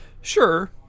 Sure